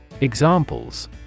Examples